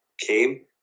came